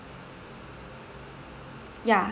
yeah